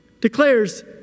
declares